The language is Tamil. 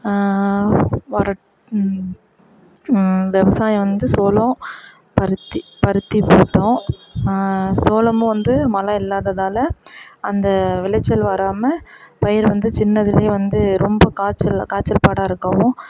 வரட் இந்த விவசாயம் வந்து சோளம் பருத்தி பருத்தி போட்டோம் சோளமும் வந்து மழை இல்லாததால் அந்த விளைச்சல் வராமல் பயிர் வந்து சின்னதுலேயே வந்து ரொம்ப காய்ச்சலில் காய்ச்சல் பாடாக இருக்கவும்